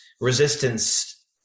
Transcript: resistance